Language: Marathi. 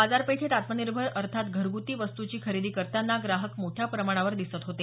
बाजारपेठत आत्मनिर्भर अर्थात घरगुती वस्तुची खरेदी करताना ग्राहक मोठ्या प्रमाणावर दिसत होते